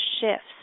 shifts